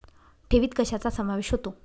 ठेवीत कशाचा समावेश होतो?